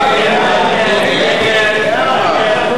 ההצעה להסיר מסדר-היום